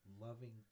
loving